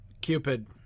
Cupid